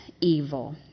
evil